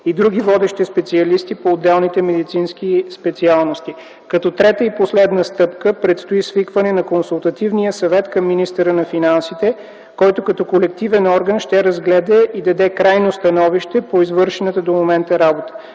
и други водещи специалисти по отделните медицински специалности. Като трета и последна стъпка предстои свикване на Консултативния съвет към министъра на финансите, който като колективен орган ще разгледа и даде крайно становище по извършената до момента работа.